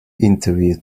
interview